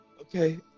Okay